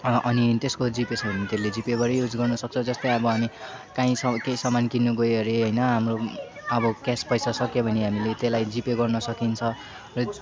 अनि त्यसको जिपे छ भने जिपेबाटै युज गर्नु सक्छ जस्तै अब हामी कहीँ स केही सामान किन्नु गयो हरे होइन हाम्रो अब क्यास पैसा सक्यो भने हामीले त्यसलाई जिपे गर्नु सकिन्छ र